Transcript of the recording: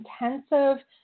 intensive